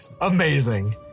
Amazing